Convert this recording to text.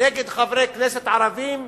נגד חברי כנסת ערבים.